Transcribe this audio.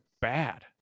bad